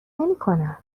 نمیکنم